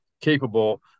capable